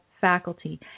faculty